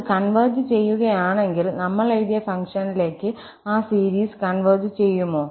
അത് കൺവെർജ് ചെയ്യുകയാണെങ്കിൽ നമ്മൾ എഴുതിയ ഫംഗ്ഷനിലേക്ക് ആ സീരീസ് കൺവെർജ് ചെയ്യുമോ